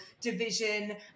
division